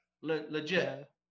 legit